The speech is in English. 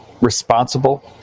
responsible